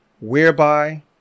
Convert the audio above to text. Whereby